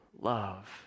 love